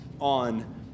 on